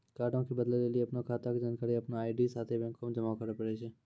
कार्डो के बदलै लेली अपनो खाता के जानकारी अपनो आई.डी साथे बैंको मे जमा करै पड़ै छै